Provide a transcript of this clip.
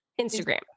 Instagram